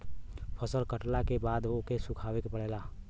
फसल कटला के बाद ओके सुखावे के पड़ेला